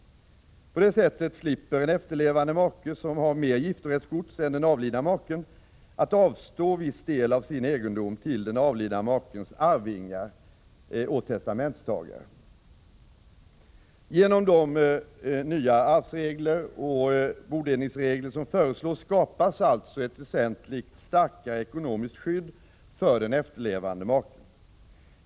Härigenom slipper en efterlevande make, som har mer giftorättsgods än den avlidna maken, avstå viss del av sin egendom till den avlidna makens arvingar och testamentstagare. Genom de nya arvsregler och bodelningsregler som föreslås skapas alltså ett väsentligt starkare ekonomiskt skydd för den efterlevande maken.